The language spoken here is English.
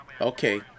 Okay